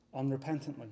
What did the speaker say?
unrepentantly